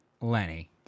Lenny